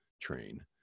train